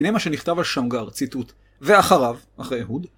הנה מה שנכתב על שמגר, ציטוט, ואחריו, אחרי אהוד.